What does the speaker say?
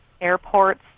airports